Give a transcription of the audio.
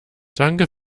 danke